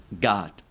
God